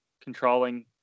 controlling